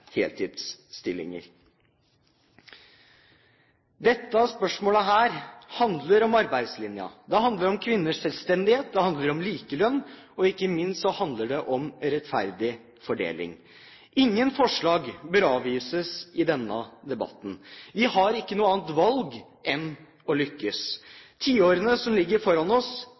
heltidsstillinger. Dette spørsmålet handler om arbeidslinjen. Det handler om kvinners selvstendighet. Det handler om likelønn, og ikke minst handler det om rettferdig fordeling. Ingen forslag bør avvises i denne debatten. Vi har ikke noe annet valg enn å lykkes. Tiårene som ligger foran oss,